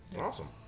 Awesome